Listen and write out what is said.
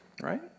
right